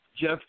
Jeff